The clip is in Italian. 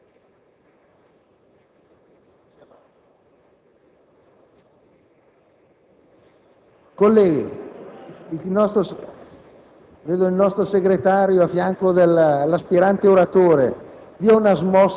Forza colleghi, chi deve uscire